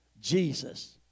Jesus